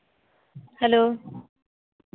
hello